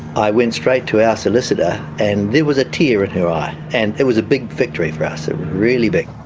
i went straight to our solicitor and there was a tear in her eye. and it was a big victory for us, it was really big.